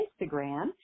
Instagram